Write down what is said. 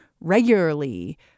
regularly